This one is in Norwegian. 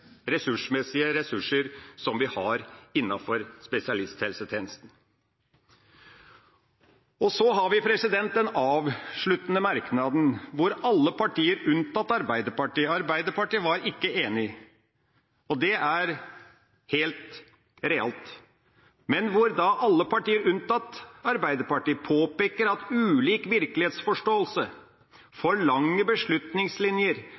ressurser vi har innenfor spesialisthelsetjenesten. Så har vi den avsluttende merknaden, hvor alle partier, unntatt Arbeiderpartiet – Arbeiderpartiet var ikke enig, det er helt realt – påpeker at ulik virkelighetsforståelse, for lange beslutningslinjer, manglende stedlig ledelse og manglende lokal beslutningsmyndighet er slik at